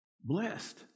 Blessed